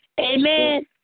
Amen